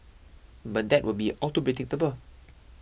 but that would be all too predictable